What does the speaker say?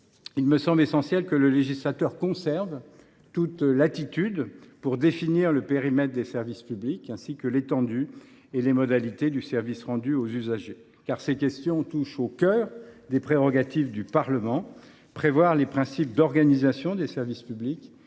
il me semble essentiel que le législateur conserve toute latitude pour définir le périmètre des services publics, ainsi que l’étendue et les modalités du service rendu aux usagers. En effet, ces questions touchent au cœur des prérogatives du Parlement : prévoir les principes d’organisation des services publics,